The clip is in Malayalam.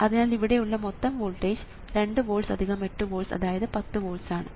അതിനാൽ ഇവിടെ ഉള്ള മൊത്തം വോൾട്ടേജ് 2 വോൾട്സ് 8 വോൾട്സ് അതായത് 10 വോൾട്സ് ആണ്